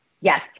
Yes